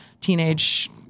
teenage